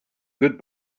good